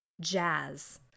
jazz